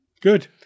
Good